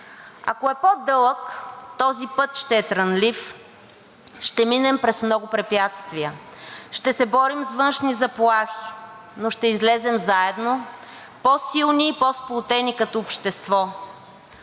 Ако е по-дълъг, този път ще е трънлив, ще минем през много препятствия, ще се борим с външни заплахи, но ще излезем заедно по-силни и по-сплотени като общество.